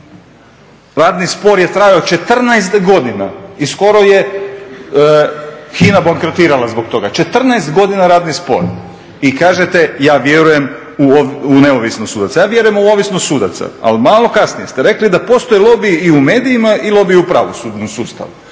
… spor je trajao 14 godina i skoro je HINA bankrotirala zbog toga, 14 godina … spor. I kažete ja vjerujem u neovisnost sudaca. Ja vjerujem u ovisnost sudaca, ali malo kasnije ste rekli da postoje lobiji i u medijima i lobiji u pravosudnom sustavu.